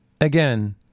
Again